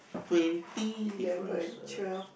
twenty differences